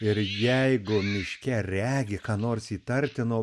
ir jeigu miške regi ką nors įtartino